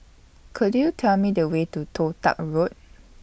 Could YOU Tell Me The Way to Toh Tuck Road